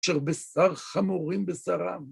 ‫אשר בשר חמורים בשרם.